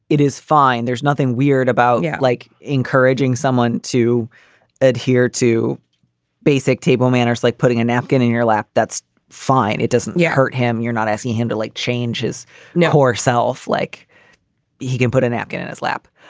it is fine. there's nothing weird about you yeah like encouraging someone to adhere to basic table manners, like putting a napkin in your lap. that's fine. it doesn't yeah hurt him. you're not asking him to like changes now herself, like he can put a napkin in his lap.